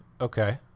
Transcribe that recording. Okay